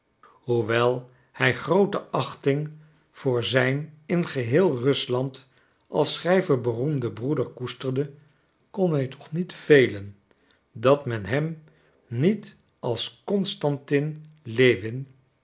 hoewel hij groote achting voor zijn in geheel rusland als schrijver beroemden broeder koesterde kon hij toch niet velen dat men hem niet als constantin lewin